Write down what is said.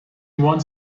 wants